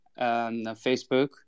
Facebook